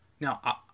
Now